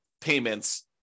payments